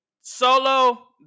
Solo